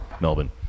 Melbourne